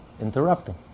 Interrupting